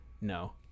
No